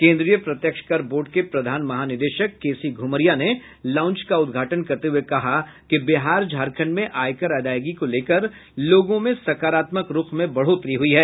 केन्द्रीय प्रत्यक्ष कर बोर्ड के प्रधान महानिदेशक केसी घ्रमरिया ने लॉउंज का उद्घाटन करते हुए कहा कि बिहार झारखंड में आयकर अदायगी को लेकर लोगों में सकारात्मक रूख में बढ़ोतरी हुई है